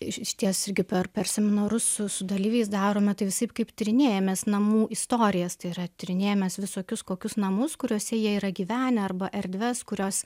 i išties irgi per per seminarus su su dalyviais darome tai visaip kaip tyrinėjamės namų istorijas tai yra tyrinėjamės visokius kokius namus kuriuose jie yra gyvenę arba erdves kurios